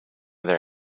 their